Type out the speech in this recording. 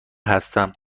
هستم